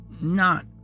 Not